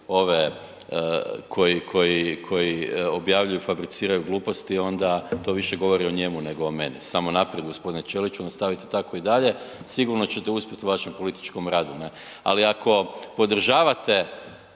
koji objavljuju i fabriciraju gluposti, onda to više govori o njemu nego o meni, samo naprijed g. Ćelić, nastavite tako i dalje. Sigurno ćete uspjeti u vašem političkom radu, ne? Ali ako podržavate